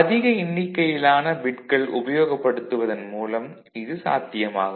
அதிக எண்ணிக்கையிலான பிட்களை உபயோகப்படுத்துவதன் மூலம் இது சாத்தியமாகும்